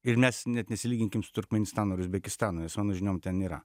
ir mes net nesilyginkim su turkmėnistanu ar uzbekistanu jos vienoj žiniom ten yra